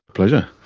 pleasure.